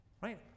Right